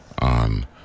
on